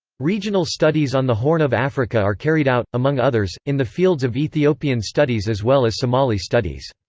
regional studies on the horn of africa are carried out, among others, in the fields of ethiopian studies as well as somali studies.